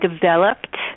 developed